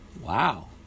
Wow